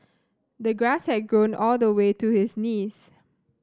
the grass had grown all the way to his knees